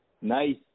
Nice